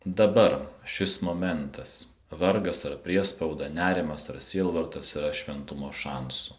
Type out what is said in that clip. dabar šis momentas vargas ar priespauda nerimas ar sielvartas yra šventumo šansu